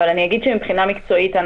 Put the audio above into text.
מבחינה מקצועית,